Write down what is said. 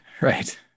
right